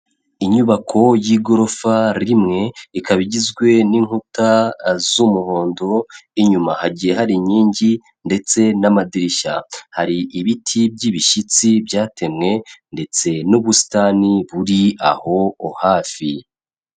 Inyubako y'igorofa rimwe, ikaba igizwe n'inkuta z'umuhondo, inyuma hagiye hari inkingi ndetse n'amadirishya, hari ibiti by'ibishyitsi byatemwe ndetse n'ubusitani buri aho hafi.